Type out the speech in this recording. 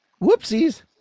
Whoopsies